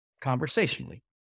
conversationally